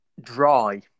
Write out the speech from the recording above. dry